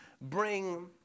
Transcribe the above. bring